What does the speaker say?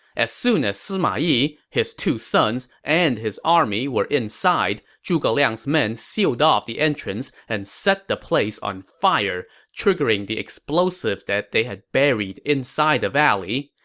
as soon as sima yi, his two sons, and his army were inside, zhuge liang's men sealed off the entrance and set the place on fire, triggering the explosives that they had buried in the valley.